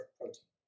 protein